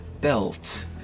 belt